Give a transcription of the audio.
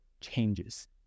changes